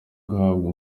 guhabwa